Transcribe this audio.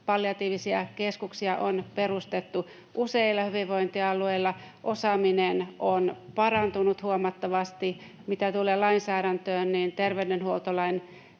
palliatiivisia keskuksia on perustettu useilla hyvinvointialueilla ja osaaminen on parantunut huomattavasti. Mitä tulee lainsäädäntöön, niin terveydenhuoltolain